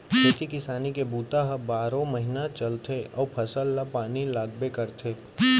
खेती किसानी के बूता ह बारो महिना चलथे अउ फसल ल पानी लागबे करथे